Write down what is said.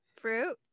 Fruit